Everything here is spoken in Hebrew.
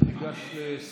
מודה וגאה בזה.